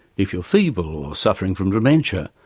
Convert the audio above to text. if you're feeble or suffering from dementia,